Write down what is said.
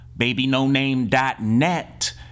BabyNoName.net